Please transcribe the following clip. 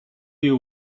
you